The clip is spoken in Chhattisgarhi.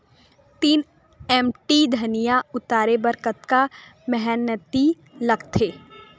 तीन एम.टी धनिया उतारे बर कतका मेहनती लागथे?